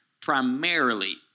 Primarily